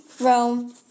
Rome